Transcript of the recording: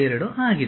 22 ಆಗಿದೆ